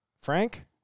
Frank